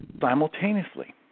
Simultaneously